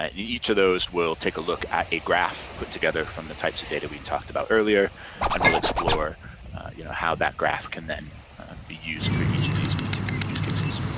each of those will take a look at a graph put together from the types of data we talked about earlier and will explore you know how that graph can then be used for each of these particular use cases.